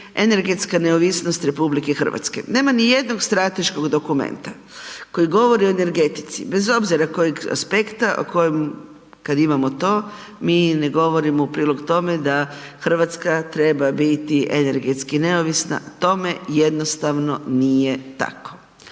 energetska neovisnost RH. Nema nijednog strateškog dokumenta koji govori o energetici bez obzira kojeg aspekta, o kojem kad imamo to, mi ne govorimo u prilog tome da Hrvatska treba biti energetski neovisna, tome jednostavno nije tako.